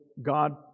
God